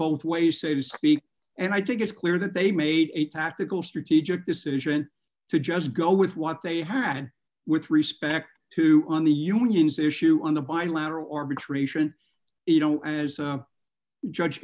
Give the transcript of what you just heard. both ways say to speak and i think it's clear that they made a tactical strategic decision to just go with what they had with respect to on the union's issue on the bilateral arbitration you know as a judge